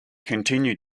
continued